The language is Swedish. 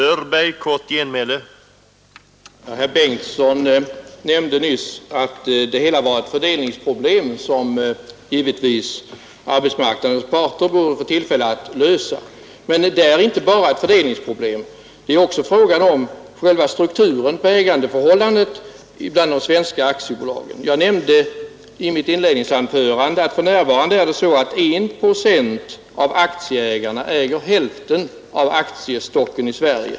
Herr talman! Herr Bengtsson i Landskrona nämnde nyss att det hela var ett fördelningsproblem som givetvis arbetsmarknadens parter borde få tillfälle att lösa. Men det är inte bara ett fördelningsproblem. Det är också fråga om själva strukturen på ägandeförhållandet i de svenska aktiebolagen. Jag nämnde i mitt inledningsanförande att för närvarande äger 1 procent av aktieägarna hälften av aktiestocken i Sverige.